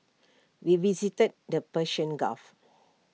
we visited the Persian gulf